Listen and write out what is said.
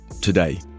today